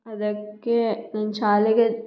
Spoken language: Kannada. ಅದಕ್ಕೆ ನನ್ನ ಶಾಲೆಗೆ